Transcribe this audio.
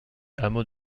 hameaux